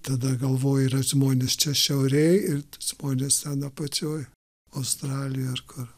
tada galvoji yra žmonės čia šiaurėj ir žmonės ten pačioj australijoj ar kur